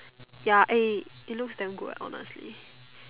ya eh it looks damn good ah honestly